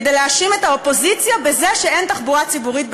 כדי להאשים את האופוזיציה בזה שאין תחבורה ציבורית בשבת.